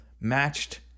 matched